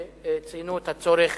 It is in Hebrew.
שציינו את הצורך